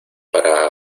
para